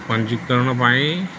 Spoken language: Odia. ପଞ୍ଜୀକରଣ ପାଇଁ